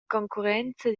concurrenza